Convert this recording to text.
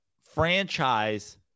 franchise